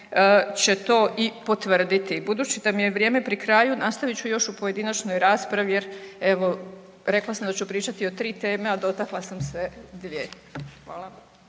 će to i potvrditi. Budući da mi je vrijeme pri kraju nastavit ću još u pojedinačnoj raspravi jer evo rekla sam da ću pričati o tri teme a dotakla sam se dvije. Hvala.